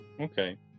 Okay